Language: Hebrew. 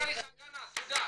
תודה.